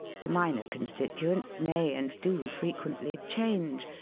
the minor constituents may and do fre quently change,